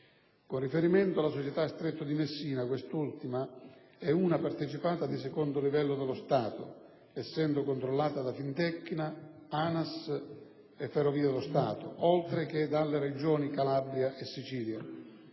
Con riferimento alla società Stretto di Messina, quest'ultima è una partecipata di secondo livello dello Stato, essendo controllata da Fintecna, ANAS e FS, oltre che dalle Regioni Calabria e Sicilia.